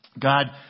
God